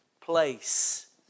place